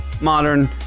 modern